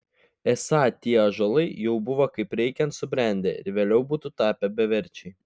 esą tie ąžuolai jau buvo kaip reikiant subrendę ir vėliau būtų tapę beverčiai